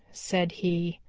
said he.